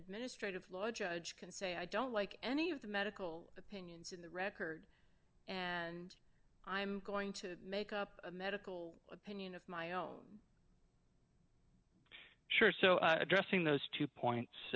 administrative law judge can say i don't like any of the medical opinions in the record and i'm going to make up a medical opinion of my own sure so addressing those two points